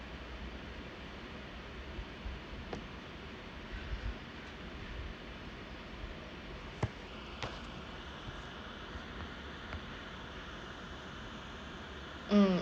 mm